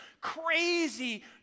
crazy